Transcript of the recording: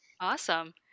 Awesome